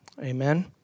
Amen